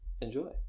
Enjoy